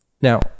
Now